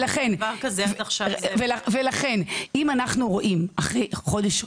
אם אנחנו רואים אחרי חודש,